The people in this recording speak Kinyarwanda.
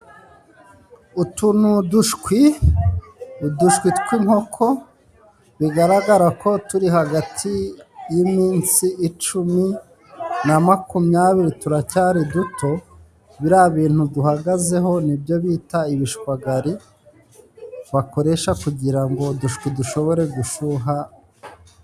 Utu ni udushwi udushwi tw'inkoko bigaragara ko turi hagati y'iminsi icumi na makumyabiri, turacyari duto; biriya bintu duhagazeho nibyo bita ibishwagari, bakoresha kugira ngo udushwi dushobore gushuha.